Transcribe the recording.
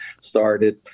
started